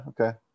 okay